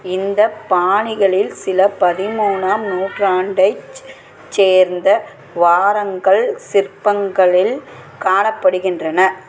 இந்த பாணிகளில் சில பதிமூணாம் நூற்றாண்டைச் சேர்ந்த வாரங்கல் சிற்பங்களில் காணப்படுகின்றன